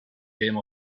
game